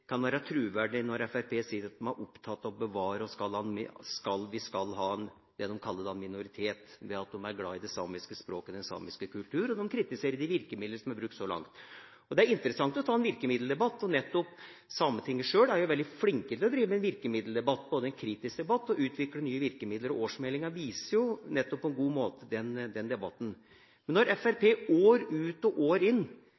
kan være truverdig når en sier en er opptatt av å bevare det de kaller minoritet – det at de er glad i det samiske språket, den samiske kultur – og de kritiserer de virkemidler som er brukt så langt. Det er interessant å ta en virkemiddeldebatt. Nettopp Sametinget sjøl er veldig flink til å drive med virkemiddeldebatt, både en kritisk debatt og utvikling av nye virkemidler. Årsmeldinga viser på en god måte den debatten. Når Fremskrittspartiet år ut og år inn